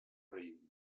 rei